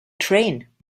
train